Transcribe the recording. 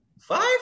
Five